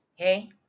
Okay